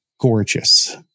gorgeous